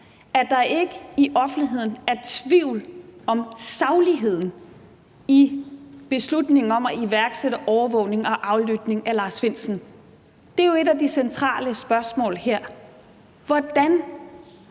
at der ikke i offentligheden er tvivl om sagligheden i beslutningen om at iværksætte overvågning og aflytning af Lars Findsen? Det er jo et af de centrale spørgsmål her. Hvordan